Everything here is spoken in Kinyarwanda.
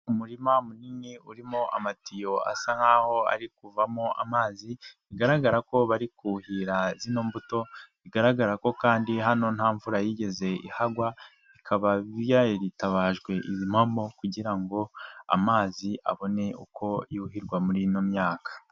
Umurima munini urimo amatiyo asa nkaho ari kuvamo amazi ,bigaragara ko bari kuhira mbuto ka Kuko hano nta mvura yigeze ihagwa, hakaba haritabajwe izi mpombo kugira ngo amazi abone uko yuhirwa muri ino myaka.